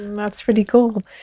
that's pretty cool